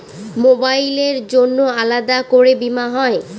মোবাইলের জন্য আলাদা করে বীমা হয়?